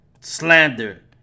slander